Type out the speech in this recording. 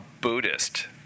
Buddhist